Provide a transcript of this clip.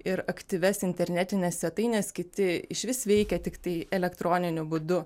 ir aktyvias internetines svetaines kiti išvis veikia tiktai elektroniniu būdu